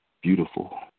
beautiful